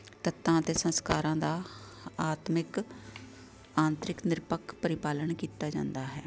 ਤੱਤਾਂ ਅਤੇ ਸੰਸਕਾਰਾਂ ਦਾ ਆਤਮਿਕ ਆਂਤਰਿਕ ਨਿਰਪੱਖ ਪ੍ਰੀਪਾਲਣ ਕੀਤਾ ਜਾਂਦਾ ਹੈ